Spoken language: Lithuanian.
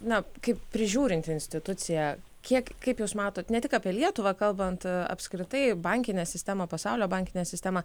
na kaip prižiūrinti institucija kiek kaip jūs matot ne tik apie lietuvą kalbant apskritai bankinę sistemą pasaulio bankinę sistemą